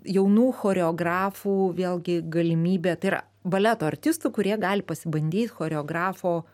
jaunų choreografų vėlgi galimybė tai yra baleto artistų kurie gali pasibandyt choreografo